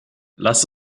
lass